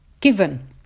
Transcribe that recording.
given